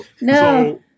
No